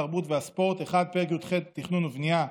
התרבות והספורט: 1. פרק י"ח (תכנון ובנייה),